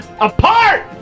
apart